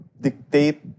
dictate